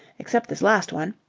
except this last one.